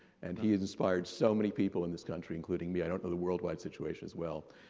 and he has inspired so many people in this country including me, i don't know, the worldwide situation as well.